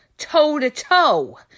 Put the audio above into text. toe-to-toe